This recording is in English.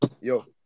Yo